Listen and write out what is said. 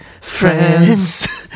friends